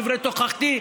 דברי תוכחתי,